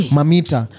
Mamita